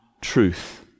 truth